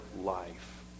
life